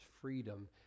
freedom